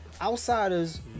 outsiders